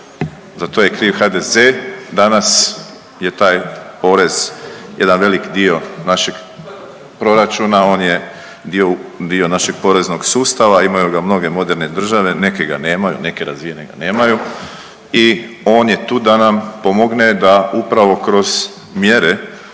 za to je kriv HDZ, danas je taj porez jedan velik dio našeg proračuna, on je dio, dio našeg poreznog sustava, imaju ga mnoge moderne države, neke ga nemaju, neke razvijene ga nemaju i on je tu da nam pomogne da upravo kroz mjere